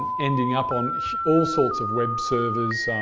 ending up on all sorts of web servers,